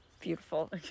Beautiful